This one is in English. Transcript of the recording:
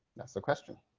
that's the question.